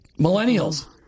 Millennials